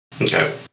Okay